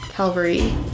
Calvary